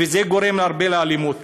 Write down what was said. זה גורם הרבה לאלימות,